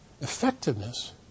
effectiveness